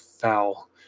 foul